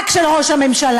רק של ראש הממשלה,